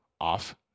off